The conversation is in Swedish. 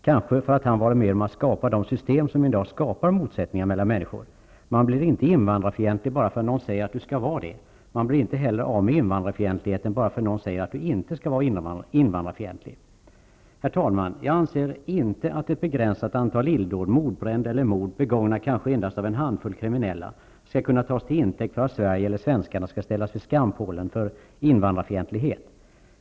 Kanske för att han har varit med om att skapa de system som i dag skapar motsättningar mellan människor. Man blir inte invandrarfientlig bara för att någon säger att man skall vara det. Man blir inte heller av med invandrarfientligheten bara för att någon säger att man inte skall vara invandrarfientlig. Herr talman! Jag anser inte att ett begränsat antal illdåd, mordbränder eller mord -- begångna kanske endast av en handfull kriminella -- skall kunna tas till intäkt för att Sverige eller svenskarna skall ställas vid skampålen för invandrarfientlighet.